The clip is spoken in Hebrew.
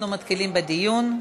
אנחנו מתחילים בדיון.